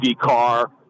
car